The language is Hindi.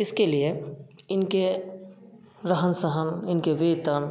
इसके लिए उनके रहन सहन इनके वेतन